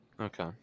Okay